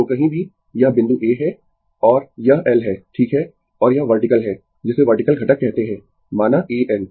तो कहीं भी यह बिंदु A है और यह L है ठीक है और यह वर्टिकल है जिसे वर्टिकल घटक कहते है माना A N